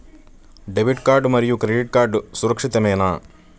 Debit card మరియు credit card సురక్షితమేనా?